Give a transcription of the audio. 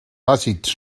àcids